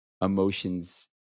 emotions